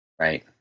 Right